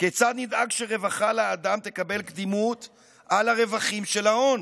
כיצד נדאג שרווחה לאדם תקבל קדימות על הרווחים של ההון?